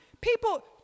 People